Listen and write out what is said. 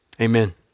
Amen